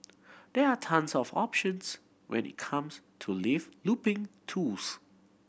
there are tons of options when it comes to live looping tools